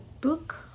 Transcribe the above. book